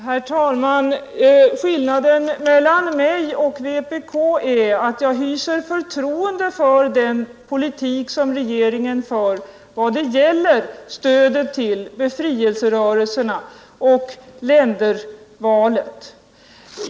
Herr talman! Skillnaden mellan mig och vpk är att jag hyser förtroende för den politik som regeringen för vad beträffar stödet till befrielserörelserna och ländervalet.